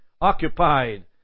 occupied